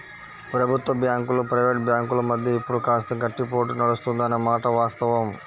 ప్రభుత్వ బ్యాంకులు ప్రైవేట్ బ్యాంకుల మధ్య ఇప్పుడు కాస్త గట్టి పోటీ నడుస్తుంది అనే మాట వాస్తవం